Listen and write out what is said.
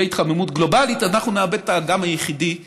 התחממות גלובלית אנחנו נאבד את האגם היחידי